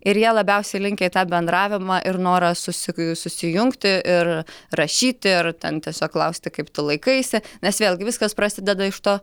ir jie labiausiai linkę į tą bendravimą ir norą susi susijungti ir rašyti ir ten tiesiog klausti kaip tu laikaisi nes vėlgi viskas prasideda iš to